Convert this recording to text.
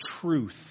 truth